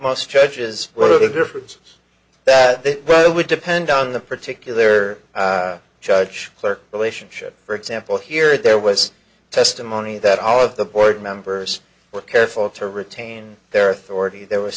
most judges what are the differences that well it would depend on the particular judge clerk relationship for example here or there was testimony that all of the board members were careful to retain their authority there was